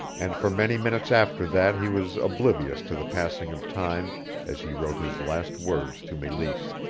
and for many minutes after that he was oblivious to the passing of time as he wrote his last words to meleese.